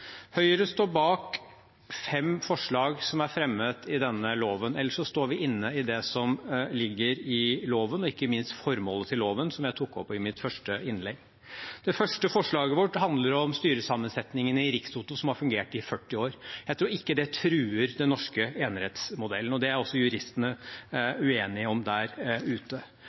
Høyre står bak fem forslag som er fremmet i denne loven. Ellers står vi inne i det som ligger i loven, og ikke minst i formålet med loven, som jeg tok opp i mitt første innlegg. Det første forslaget vårt handler om styresammensetningen i Rikstoto, som har fungert i 40 år. Jeg tror ikke det truer den norske enerettsmodellen, og det er også juristene uenige om der ute.